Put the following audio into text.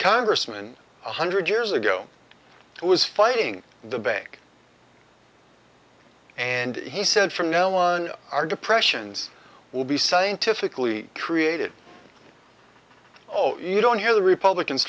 congressman one hundred years ago who was fighting the bank and he said from now on our depressions will be scientifically created oh you don't hear the republicans